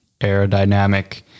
aerodynamic